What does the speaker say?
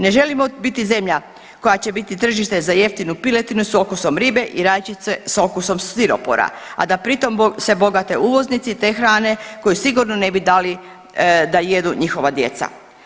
Ne želimo biti zemlja koja će biti tržište za jeftinu piletinu sa okusom ribe i rajčice sa okusom stiropora, a da pritom se bogate uvoznici te hrane koji sigurno ne bi dali da jedu njihova djeca.